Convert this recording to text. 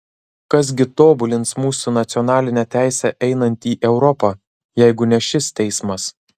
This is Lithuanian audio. kas gi tobulins mūsų nacionalinę teisę einant į europą jeigu ne šis teismas